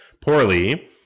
poorly